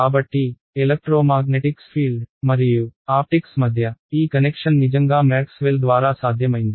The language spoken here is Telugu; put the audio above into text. కాబట్టి ఎలక్ట్రోమాగ్నెటిక్స్ ఫీల్డ్ మరియు ఆప్టిక్స్ మధ్య ఈ కనెక్షన్ నిజంగా మ్యాక్స్వెల్ ద్వారా సాధ్యమైంది